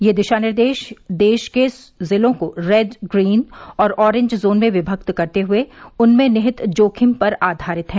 ये दिशा निर्देश देश के जिलों को रेड ग्रीन और ऑरेंज जोन में विभक्त करते हुए उनमें निहित जोखिम पर आधारित हैं